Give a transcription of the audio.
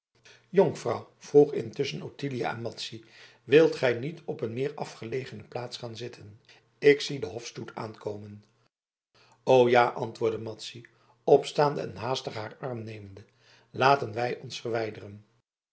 jonkvrouw vroeg intusschen ottilia aan madzy wilt gij niet op een meer afgelegene plaats gaan zitten ik zie den hofstoet aankomen o ja antwoordde madzy opstaande en haastig haar arm nemende laten wij ons verwijderen